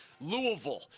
Louisville